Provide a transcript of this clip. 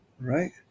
right